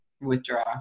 withdraw